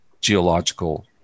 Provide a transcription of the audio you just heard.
geological